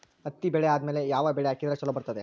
ಹತ್ತಿ ಬೆಳೆ ಆದ್ಮೇಲ ಯಾವ ಬೆಳಿ ಹಾಕಿದ್ರ ಛಲೋ ಬರುತ್ತದೆ?